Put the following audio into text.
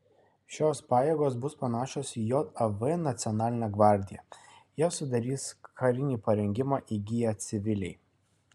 šios pajėgos bus panašios į jav nacionalinę gvardiją jas sudarys karinį parengimą įgiję civiliai